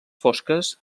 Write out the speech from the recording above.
fosques